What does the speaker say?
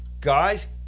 Guys